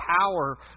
power